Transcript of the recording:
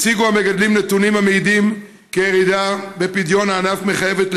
הציגו המגדלים נתונים המעידים כי הירידה בפדיון הענף מחייבת,